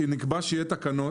נקבע שיהיו תקנות.